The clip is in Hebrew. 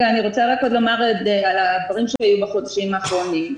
אני רוצה לומר על הדברים שלי בחודשים האחרונים.